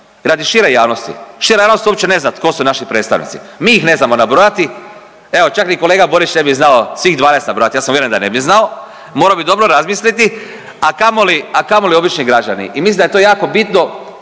radi šire javnosti. Šira javnost uopće ne zna tko su naši predstavnici. Mi ih ne znamo nabrojati. Evo čak ni kolega Borić ne bi znao svih 12 nabrojao. Ja sam uvjeren da ne bi znao. Morao bi dobro razmisliti, a kamoli obični građani i mislim da je to jako bitno